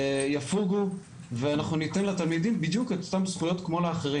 - יפוגו ואנחנו ניתן לתלמידים בדיוק את אותן זכויות כמו לאחרים,